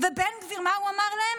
ובן גביר, מה הוא אמר להם?